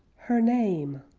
her name.